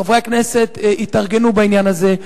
חברי הכנסת התארגנו בעניין הזה.